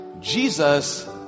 Jesus